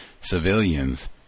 civilians